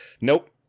Nope